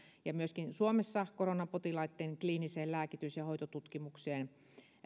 ja myöskin suomessa koronapotilaitten kliiniseen lääkitys ja hoitotutkimukseen